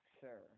sir